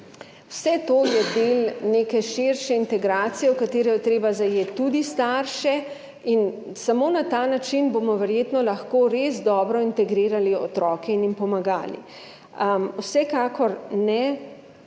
vse to je del neke širše integracije, v katero je treba zajeti tudi starše. Samo na ta način bomo verjetno lahko res dobro integrirali otroke in jim pomagali. Vsekakor ne